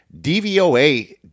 DVOA